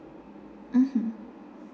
mmhmm